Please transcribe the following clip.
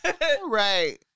right